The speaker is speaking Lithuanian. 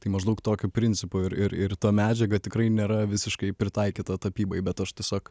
tai maždaug tokiu principu ir ir ir ta medžiaga tikrai nėra visiškai pritaikyta tapybai bet aš tiesiog